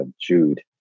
Jude